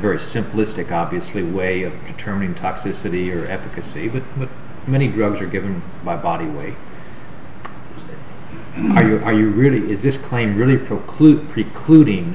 very simplistic obviously way of determining toxicity or advocacy with many drugs you're giving my body weight are you are you really is this claim really preclude precluding